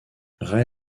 rai